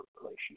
relationship